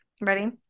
ready